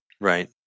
Right